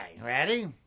ready